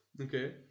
okay